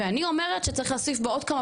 ואני אומרת שצריך להוסיף בה עוד כמה